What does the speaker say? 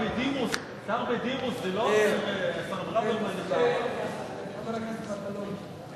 ונתחדשה בשעה 17:32.)